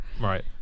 Right